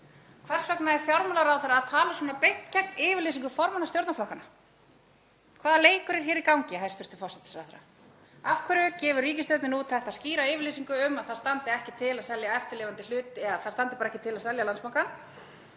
Hvers vegna er fjármálaráðherra að tala svona beint gegn yfirlýsingu formanna stjórnarflokkanna? Hvaða leikur er hér í gangi, hæstv. forsætisráðherra? Af hverju gefur ríkisstjórnin út þetta skýra yfirlýsingu um að það standi ekki til að selja eftirlifandi hlut, eða að það standi bara ekki til að selja Landsbankann?